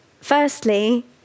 Firstly